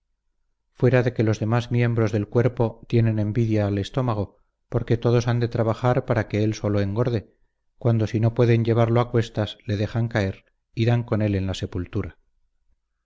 fuera de que los demás miembros del cuerpo tienen envidia al estómago porque todos han de trabajar para que él solo engorde cuando si no pueden llevarlo acuestas le dejan caer y dan con él en la sepultura